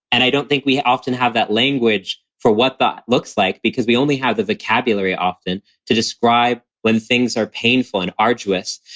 and i don't think we often have that language for what it but looks like because we only have the vocabulary often to describe when things are painful and arduous.